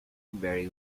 very